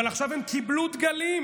אבל עכשיו הם קיבלו דגלים,